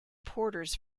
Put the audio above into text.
porters